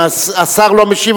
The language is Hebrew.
אם השר לא משיב,